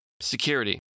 Security